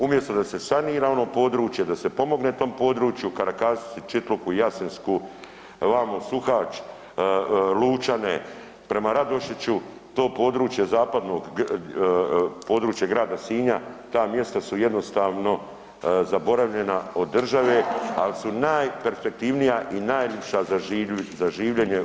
Umjesto da se sanira ono područje, da se pomogne tom području, Karakašici, Čitluku i Jasensku, vamo Suhač, Lučane prema Radošiću, to područje zapadnog, područje grada Sinja, ta mjesta su jednostavno zaboravljena od države, al su najperspektivnija i najlipša za življenje.